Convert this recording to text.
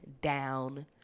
down